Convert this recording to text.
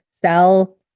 sell